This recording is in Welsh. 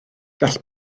gall